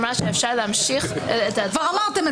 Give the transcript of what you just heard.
מה קרה?